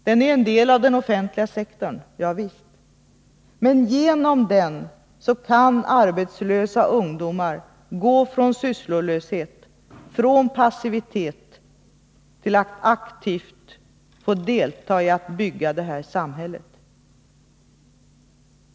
Den är en del av den offentliga sektorn, ja visst, men genom den kan arbetslösa ungdomar gå från sysslolöshet, från passivitet till ett aktivt deltagande i att bygga det här samhället.